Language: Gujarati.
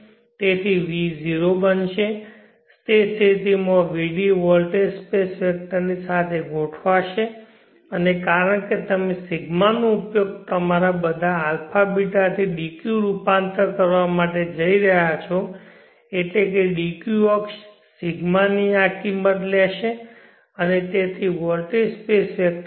તેથી v 0 બનશે તે સ્થિતિમાં vd વોલ્ટેજ સ્પેસ વેક્ટરની સાથે ગોઠવાશે અને કારણ કે તમે ρ નો ઉપયોગ તમારા બધા αβ થી dq રૂપાંતર માટે કરવા જઇ રહ્યા છો એટલે કે dq અક્ષ ρ ની આ કિંમત લેશે અને તેથી વોલ્ટેજ સ્પેસ વેક્ટર સાથે